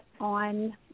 on